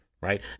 right